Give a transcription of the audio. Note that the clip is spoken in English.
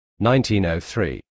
1903